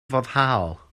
foddhaol